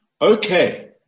okay